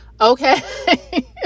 Okay